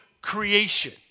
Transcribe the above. creation